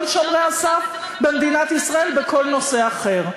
שומרי הסף במדינת ישראל בכל נושא אחר.